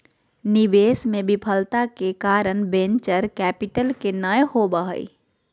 निवेश मे विफलता के कारण वेंचर कैपिटल के नय होना होबा हय